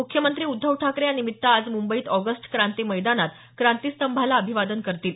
मुख्यमंत्री उद्धव ठाकरे या निमित्त आज मुंबईत ऑगस्ट क्रांती मैदानात क्रांतीस्तंभाला अभिवादन करतील